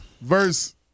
verse